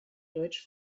deutsch